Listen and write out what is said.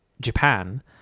Japan